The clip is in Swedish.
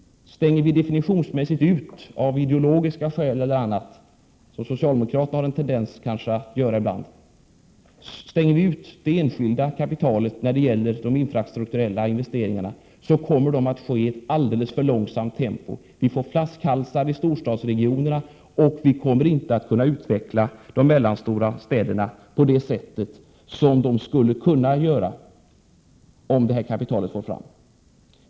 Om vi av ideologiska eller andra skäl, som socialdemokraterna kanske har en tendens att göra ibland, definitionsmässigt utestänger det enskilda kapitalet från de infrastrukturella investeringarna, kommer de att göras i alldeles för långsamt tempo. Vi kommer att få flaskhalsar i storstadsregionerna, och vi kommer inte att kunna utveckla de mellanstora städerna på det sätt som vore möjligt om det kapitalet finge nå fram.